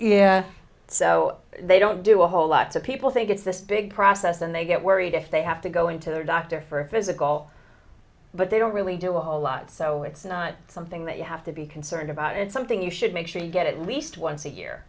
pickens so they don't do a whole lot to people think it's this big process and they get worried if they have to go into the doctor for a physical but they don't really do a whole lot so it's not something that you have to be concerned about and something you should make sure you get at least once a year